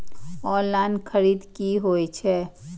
Online खरीद की होए छै?